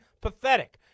pathetic